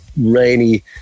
rainy